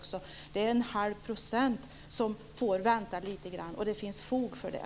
Det är 0,5 % som får vänta lite grann men det finns fog för det.